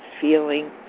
feeling